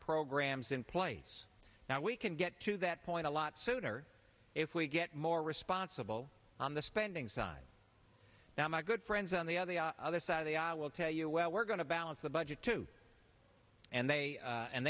programs in place now we can get to that point a lot sooner if we get more responsible on the spending side now my good friends on the other the other side of the i will tell you well we're going to balance the budget too and they